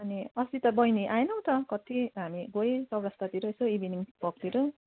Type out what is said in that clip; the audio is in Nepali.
अनि अस्ति त बैनी आएनौ त कति हामी गयौँ चौरस्तातिर यसो इभिनिङ वाकतिर